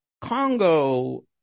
Congo